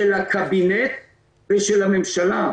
של הקבינט ושל הממשלה,